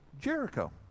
Jericho